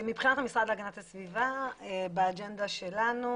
מבחינת המשרד להגנת הסביבה באג'נדה שלנו,